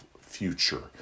future